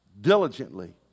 diligently